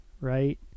right